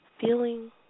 feeling